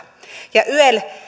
ja